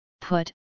put